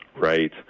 Right